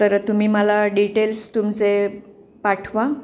तर तुम्ही मला डिटेल्स तुमचे पाठवा